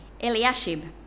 Eliashib